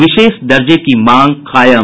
विशेष दर्जे की मांग कायम